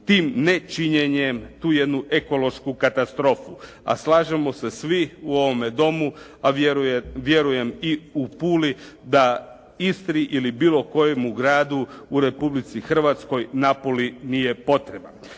tim nečinjenjem tu jednu ekološki katastrofu. A slažemo se svi u ovome Domu a vjerujem i u Puli da Istri ili bilo kojemu gradu u Republici Hrvatskoj napoli nije potreba.